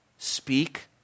Speak